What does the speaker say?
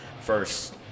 first –